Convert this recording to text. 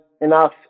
enough